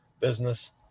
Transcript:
business